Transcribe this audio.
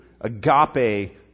agape